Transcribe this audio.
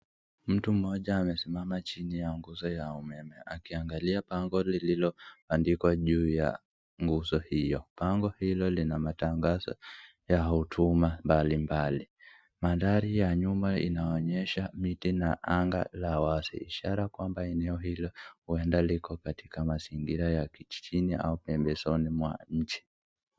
Mtu mmoja amesimama chini ya nguzo ya umeme, akiangalia bango lililoandikwa juu ya nguzo hiyo, bango hilo lina matangazo ya huduma mbalimbali. Mandhari ya nyuma inaonyesha miti na anga la wazi, ishara kwamba eneo hilo huenda liko kwa mazingira ya kijijini au pembezoni mwa nchi.